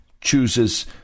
chooses